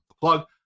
plug